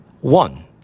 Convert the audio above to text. one